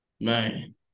man